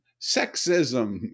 sexism